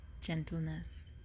gentleness